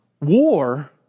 war